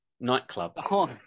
nightclub